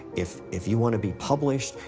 if if you want to be published,